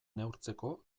neurtzeko